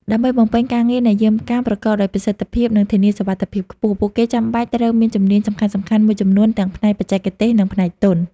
ដើម្បីបំពេញការងារជាអ្នកយាមកាមប្រកបដោយប្រសិទ្ធភាព និងធានាសុវត្ថិភាពខ្ពស់ ពួកគេចាំបាច់ត្រូវមានជំនាញសំខាន់ៗមួយចំនួនទាំងផ្នែកបច្ចេកទេស និងផ្នែកទន់។